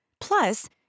Plus